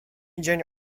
dzień